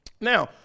Now